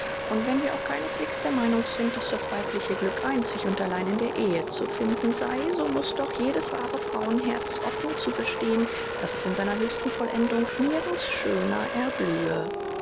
und wenn wir auch keineswegs der meinung sind daß das weibliche glück einzig und allein in der ehe zu finden sei so muß doch jedes wahre frauenherz offen zugestehen daß es in seiner höchsten vollendung nirgends schöner erblühe